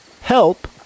Help